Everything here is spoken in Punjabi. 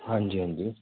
ਹਾਂਜੀ ਹਾਂਜੀ